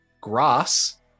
grass